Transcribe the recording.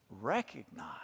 recognize